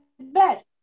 best